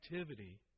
activity